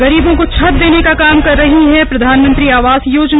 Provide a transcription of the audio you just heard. गरीबों को छत देने का काम कर रही है प्रधानमंत्री आवास योजना